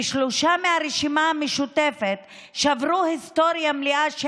ושלושה מהרשימה המשותפת שברו היסטוריה מלאה.